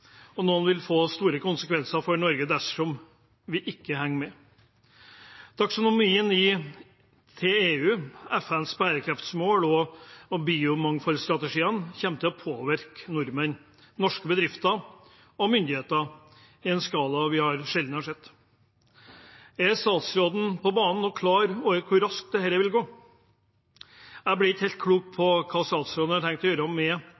og noen vil få store konsekvenser for Norge dersom vi ikke henger med. Taksonomien til EU, FNs bærekraftsmål og biomangfoldsstrategiene kommer til å påvirke nordmenn, norske bedrifter og myndigheter i en skala vi sjelden har sett. Er statsråden på banen og klar over hvor raskt dette vil gå? Jeg blir ikke helt klok på hva statsråden har tenkt å gjøre med bioøkonomien. Norske myndigheter bør, med